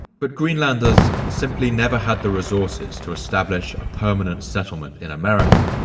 but greenlanders simply never had the resources to establish a permanent settlement in america.